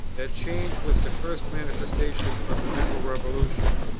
that change was the first manifestation of the mental revolution,